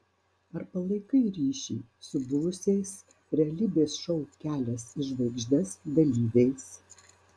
ar palaikai ryšį su buvusiais realybės šou kelias į žvaigždes dalyviais